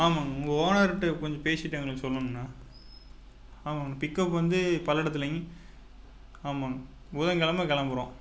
ஆமாங்கண்ணா உங்கள் ஓனர்கிட்ட கொஞ்சம் பேசிகிட்டு எங்களுக்கு சொல்லுங்கண்ணா ஆமாங்கண்ணா பிக்கப் வந்து பல்லடத்துலிங் ஆமாங்க புதன்கிழம கிளம்புறோம்